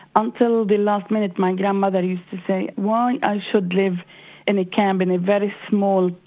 until the last minute my grandmother used to say why i should live in a camp in a very small,